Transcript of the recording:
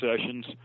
sessions